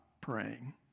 praying